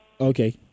Okay